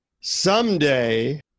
someday